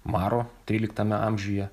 maro tryliktame amžiuje